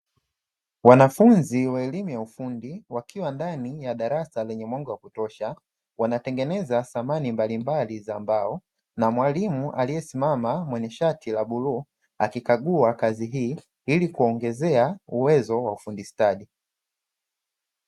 Wanafunzi wa elimu ya ufundi wakiwa ndani ya darasa lenye mwanga wa kutosha, wanatengeneza thamani mbalimbali za mbao na mwalimu aliyesimama mwenye shati la bluu, akikagua kazi hii ili kuongezea uwezo wa ufundi stadi.